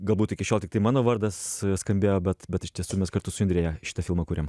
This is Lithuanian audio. galbūt iki šiol tiktai mano vardas skambėjo bet bet iš tiesų mes kartu su indre ją šitą filmą kuriam